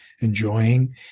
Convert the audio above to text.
enjoying